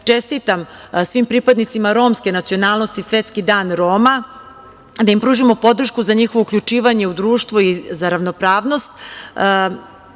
čestitam svim pripadnicima romske nacionalnosti, svetski dan Roma, da im pružimo podršku za njihovo uključivanje u društvo i za ravnopravnost,